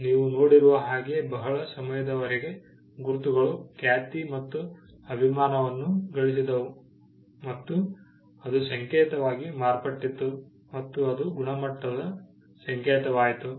ಮತ್ತು ನೀವು ನೋಡಿರುವ ಹಾಗೆ ಬಹಳ ಸಮಯದವರೆಗೆ ಗುರುತುಗಳು ಖ್ಯಾತಿ ಮತ್ತು ಅಭಿಮಾನವನ್ನು ಗಳಿಸಿದವು ಮತ್ತು ಅದು ಸಂಕೇತವಾಗಿ ಮಾರ್ಪಟ್ಟಿತು ಮತ್ತು ಅದು ಗುಣಮಟ್ಟದ ಸಂಕೇತವಾಯಿತು